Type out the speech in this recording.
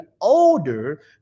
older